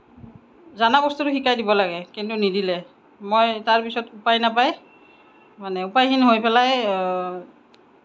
জানা বস্তুটো শিকাই দিব লাগে কিন্তু নিদিলে মই তাৰপিছত উপায় নাপাই মানে উপায়হীন হৈ পেলাই